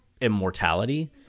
immortality